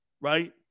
right